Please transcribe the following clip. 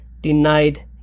denied